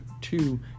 Two